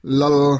lal